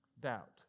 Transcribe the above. Doubt